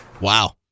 Wow